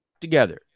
together